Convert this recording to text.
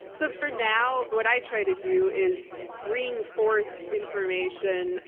so for now, what i try to do is bring forth information,